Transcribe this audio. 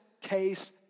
case